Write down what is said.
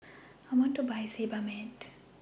I want to Buy Sebamed